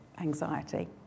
anxiety